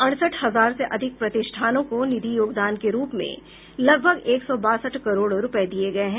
अड़सठ हजार से अधिक प्रतिष्ठानों को निधि योगदान के रूप में लगभग एक सौ बासठ करोड़ रूपये दिये गये हैं